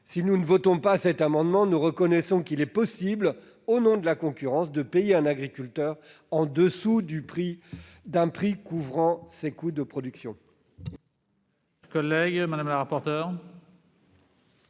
En ne votant pas cet amendement, nous reconnaîtrions qu'il est possible, au nom de la concurrence, de payer un agriculteur en deçà d'un prix couvrant ses coûts de production.